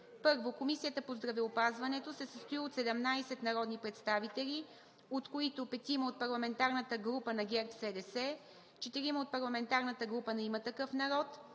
1. Комисията по здравеопазването се състои от 17 народни представители, от които 5 от Парламентарната група на ГЕРБ-СДС, 4 от Парламентарната група на „Има такъв народ“,